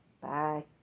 Bye